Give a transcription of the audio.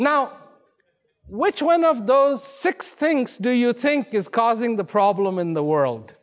now which one of those six things do you think is causing the problem in the world